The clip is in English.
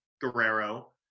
Guerrero